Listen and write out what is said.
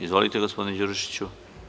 Izvolite gospodine Đurišiću.